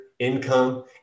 income